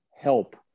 help